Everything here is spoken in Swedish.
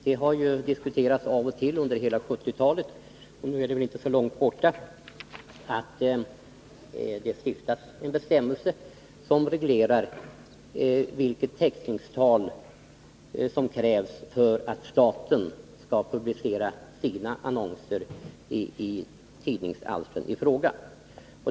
Det har diskuterats av och till under hela 1970-talet, och nu är det väl inte längre bort än att det kan siktas en bestämmelse som reglerar vilket täckningstal som krävs för att staten skall publicera sina annonser i tidningsalstren i fråga.